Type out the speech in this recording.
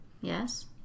yes